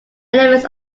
elements